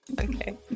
Okay